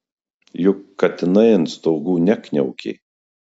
juk katinai ant stogų nekniaukė